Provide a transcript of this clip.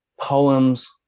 poems